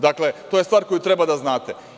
Dakle, to je stvar koju treba da znate.